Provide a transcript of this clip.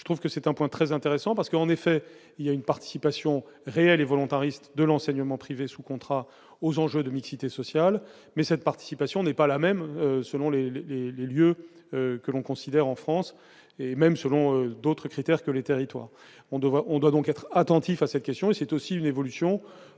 je trouve que c'est un point très intéressant parce que, en effet, il y a une participation réelle et volontariste de l'enseignement privé sous contrat aux enjeux de mixité sociale, mais cette participation n'est pas la même selon les les les lieux que l'on considère en France et même, selon d'autres critères que les territoires, on devrait, on doit donc être attentif à cette question et c'est aussi une évolution,